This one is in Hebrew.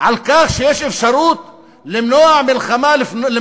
על כך שיש אפשרות למנוע התלקחות?